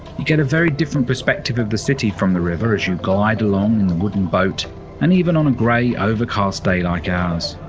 you get a very different perspective of the city from the river as you glide along in the wooden boat and even on a gray overcast day like ours.